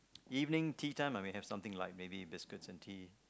evening tea time I may have something light maybe biscuits and tea